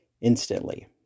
instantly